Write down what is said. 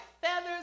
feathers